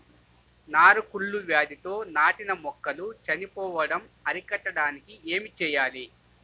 నారు కుళ్ళు వ్యాధితో నాటిన మొక్కలు చనిపోవడం అరికట్టడానికి ఏమి చేయాలి?